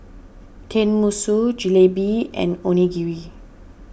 Tenmusu Jalebi and Onigiri